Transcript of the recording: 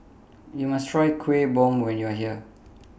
YOU must Try Kuih Bom when YOU Are here